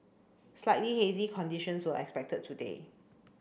slightly hazy conditions were expected today